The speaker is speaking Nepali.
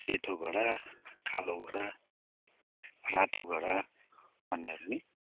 सेतो घोडा कालो घोडा रातो घोडा भन्नेहरू नि